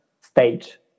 stage